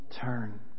turn